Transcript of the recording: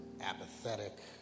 apathetic